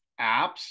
apps